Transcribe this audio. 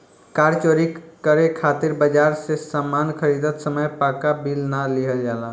कार चोरी करे खातिर बाजार से सामान खरीदत समय पाक्का बिल ना लिहल जाला